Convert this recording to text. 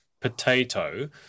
potato